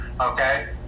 okay